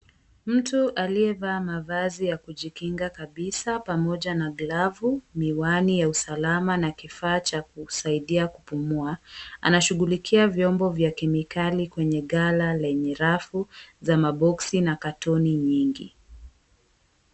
Mtu aliyevaa mavazi ya kujikinga kabisaa pamoja na glavu na miwani ya usalama na kifaa cha kusaidia kupumua, anashughulikia vyombo vya kemikali kwenye gala lenye rafu za maboxi na katoni nyingi.